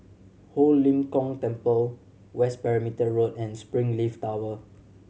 Ho Lim Kong Temple West Perimeter Road and Springleaf Tower